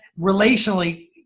relationally